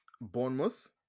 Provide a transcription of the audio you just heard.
Bournemouth